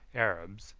arabs,